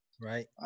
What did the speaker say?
Right